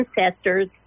ancestors